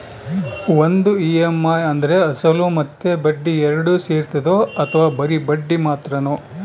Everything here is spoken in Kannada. ಒಂದು ಇ.ಎಮ್.ಐ ಅಂದ್ರೆ ಅಸಲು ಮತ್ತೆ ಬಡ್ಡಿ ಎರಡು ಸೇರಿರ್ತದೋ ಅಥವಾ ಬರಿ ಬಡ್ಡಿ ಮಾತ್ರನೋ?